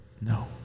no